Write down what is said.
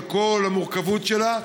על כל המורכבות שלה,